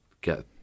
get